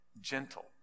gentle